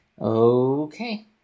Okay